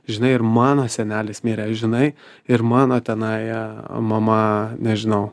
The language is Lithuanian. žinai ir mano senelis mirė žinai ir mano tenai mama nežinau